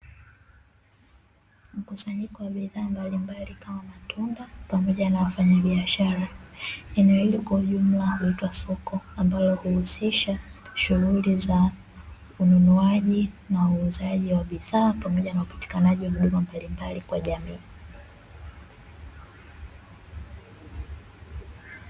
Mkusanyiko wa bidhaa mbalimbali kama matunda, pamoja na wafanyabiashara. Eneo hili kwa ujumla huitwa soko; ambalo huusisha shughuli za ununuaji na uuzaji wa bidhaa, pamoja na upatikanaji wa huduma mbalimbali kwa jamii.